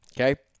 Okay